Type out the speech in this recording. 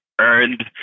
earned